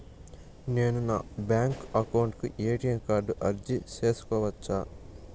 నేను నా bank account కు ఎ.టి.ఎం కార్డు అర్జీ సేసుకోవచ్చా?